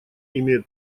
имеют